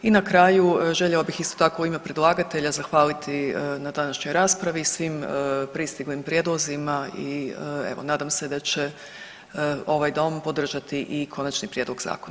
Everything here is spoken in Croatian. I na kraju, željela bih isto tako u ime predlagatelja zahvaliti na današnjoj raspravi i svim pristiglim prijedlozima i evo, nadam se da će ovaj Dom podržati i konačni prijedlog zakona.